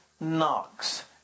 knocks